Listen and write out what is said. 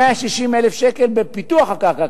160,000 שקל בפיתוח הקרקע,